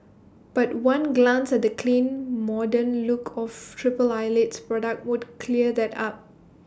but one glance at the clean modern look of triple Eyelid's products would clear that up